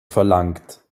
verlangt